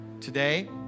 Today